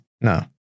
No